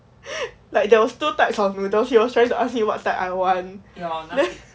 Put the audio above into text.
like there was two types of noodles he was trying to ask me what type I want then